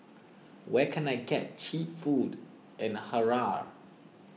where can I get Cheap Food in Harare